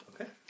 Okay